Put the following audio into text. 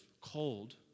cold